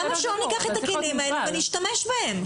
למה שלא ניקח את הכלים האלה ונשתמש בהם?